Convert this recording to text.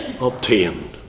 obtained